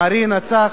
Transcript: מרינה וצח,